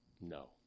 No